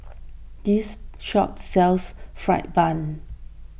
this shop sells Fried Bun